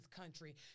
country